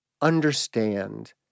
understand